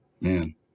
Man